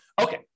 Okay